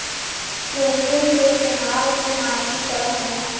hedging के इस्तमाल के मानकी करण होला